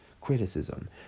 criticism